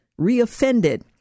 reoffended